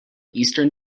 eastern